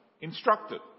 instructed